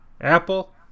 apple